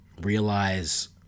realize